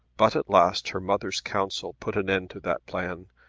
but at last her mother's counsel put an end to that plan.